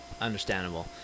Understandable